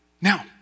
Now